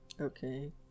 okay